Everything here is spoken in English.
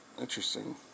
Interesting